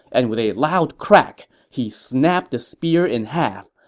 and with a loud crack, he snapped the spear in half.